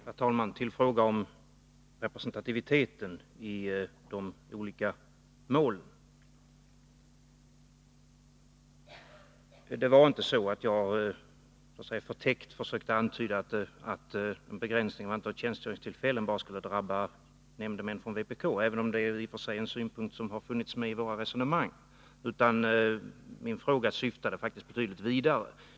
Herr talman! Till frågan om representativiteten i de olika målen. Det var inte så att jag förtäckt försökte antyda att en begränsning av antalet tjänstgöringstillfällen bara skulle drabba nämndemän från vpk. Det är i och för sig en synpunkt som har funnits med i våra resonemang, men min fråga syftade faktiskt betydligt vidare.